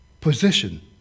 Position